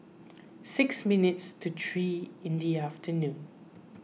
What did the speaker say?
six minutes to three in the afternoon